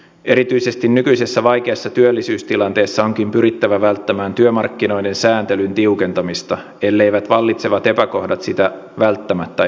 erityisesti nykyisessä vaikeassa työllisyystilanteessa onkin pyrittävä välttämään työmarkkinoiden sääntelyn tiukentamista elleivät vallitsevat epäkohdat sitä välttämättä edellytä